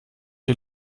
die